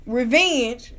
revenge